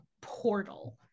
portal